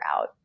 out